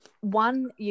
one